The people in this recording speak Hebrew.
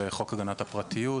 יש פה שאלות על חוק הגנת הפרטיות,